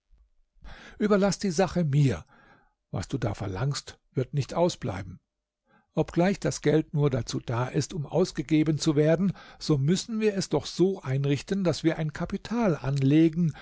überlaß die sache mir was du da verlangst wird nicht ausbleiben obgleich das geld nur dazu da ist um ausgegeben zu werden so müssen wir es doch so einrichten daß wir ein kapital anlegen